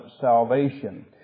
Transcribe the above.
salvation